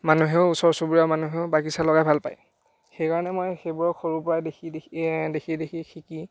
মানুহেও ওচৰ চুবুৰীয়া মানুহেও বাগিছা লগাই ভাল পায় সেইকাৰণে মই সেইবোৰক সৰুৰ পৰাই দেখি দেখি দেখি দেখি শিকি